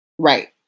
Right